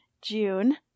june